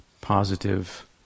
positive